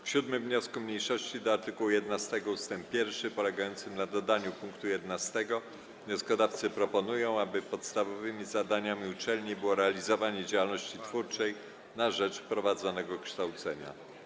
W 7. wniosku mniejszości do art. 11 ust. 1 polegającym na dodaniu pkt 11 wnioskodawcy proponują, aby podstawowymi zadaniami uczelni było realizowanie działalności twórczej na rzecz prowadzonego kształcenia.